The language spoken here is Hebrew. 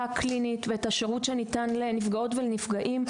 הקלינית ואת השירות שניתן לנפגעות ולנפגעים,